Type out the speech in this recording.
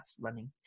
running